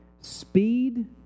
speed